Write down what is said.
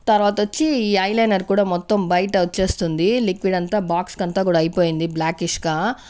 తర్వాత వచ్చి ఈ ఐలైనర్ కూడా మొత్తం బయట వచ్చేస్తుంది లిక్విడ్ అంతా బాక్స్కి అంత కూడా అయిపోయింది బ్లాకిష్గా